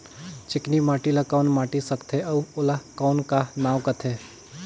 चिकनी माटी ला कौन माटी सकथे अउ ओला कौन का नाव काथे?